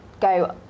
go